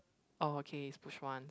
okay it's push one